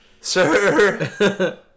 Sir